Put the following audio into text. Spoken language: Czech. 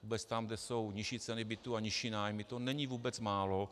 Vůbec tam, kde jsou nižší ceny bytů a nižší nájmy, to není vůbec málo.